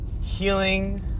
healing